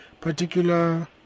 particular